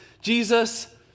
Jesus